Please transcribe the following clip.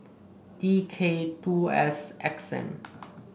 D K two S X M